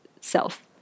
self